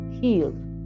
healed